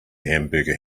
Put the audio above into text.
hamburger